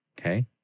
Okay